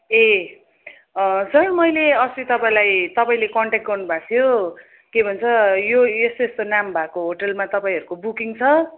ए sir मैले अस्ति तपाईँलाई तपाईँले कन्ट्याक गर्नु भएको थियो के भन्छ यो यस्तो यस्तो नाम भएको होटलमा तपईँहरूको बुकिङ छ